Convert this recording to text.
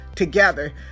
Together